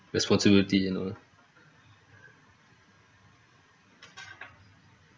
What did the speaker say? responsibility you know